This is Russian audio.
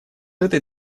этой